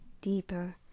deeper